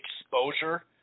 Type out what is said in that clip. exposure